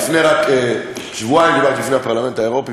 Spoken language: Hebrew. לפני שבועיים דיברתי בפני הפרלמנט האירופי